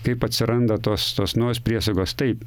kaip atsiranda tos tos naujos priesagos taip